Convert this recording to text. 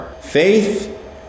Faith